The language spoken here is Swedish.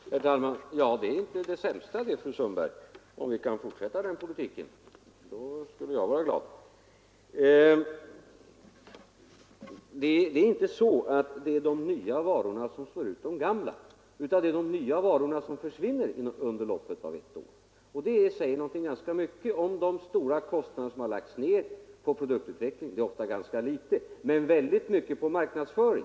Herr talman! Ja, det är inte det sämsta, fru Sundberg, och om vi kan fortsätta den politiken skulle jag vara glad. Det är inte så att de nya varorna slår ut de gamla, utan det är så att de nya varorna försvinner under loppet av ett år. Stora kostnader har lagts ned på dessa varor — ofta ganska litet på produktutvecklingen men väldigt mycket på marknadsföringen.